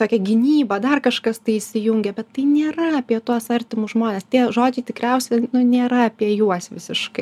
tokia gynyba dar kažkas tai įsijungia bet tai nėra apie tuos artimus žmones tie žodžiai tikriausia nu nėra apie juos visiškai